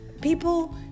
people